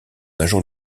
agent